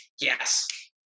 yes